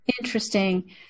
Interesting